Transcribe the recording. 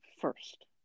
first